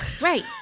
Right